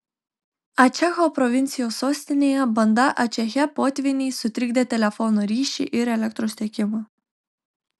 ačecho provincijos sostinėje banda ačeche potvyniai sutrikdė telefono ryšį ir elektros tiekimą